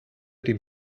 dem